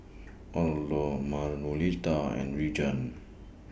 Orlo Manuelita and Reagan